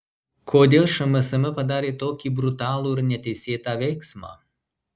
kodėl šmsm padarė tokį brutalų ir neteisėtą veiksmą